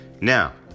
Now